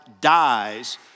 dies